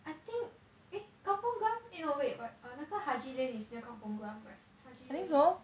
I think eh kampong glam eh no wait but err 那个 haji lane is near kampong glam right haji lane